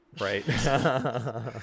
right